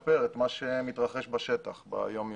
לשפר את מה שמתרחש בשטח ביום יום.